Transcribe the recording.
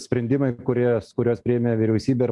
sprendimai kurie kuriuos priėmė vyriausybė ir